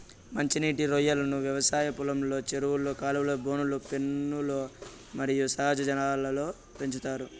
మంచి నీటి రొయ్యలను వ్యవసాయ పొలంలో, చెరువులు, కాలువలు, బోనులు, పెన్నులు మరియు సహజ జలాల్లో పెంచుతారు